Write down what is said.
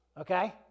Okay